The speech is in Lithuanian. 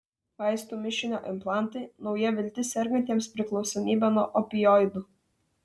vaistų mišinio implantai nauja viltis sergantiems priklausomybe nuo opioidų